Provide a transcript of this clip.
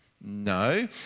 No